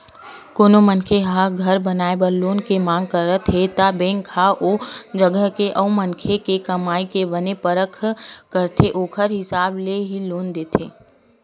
कोनो मनखे ह घर बनाए बर लोन के मांग करत हे त बेंक ह ओ जगा के अउ मनखे के कमई के बने परख करथे ओखर हिसाब ले ही लोन देथे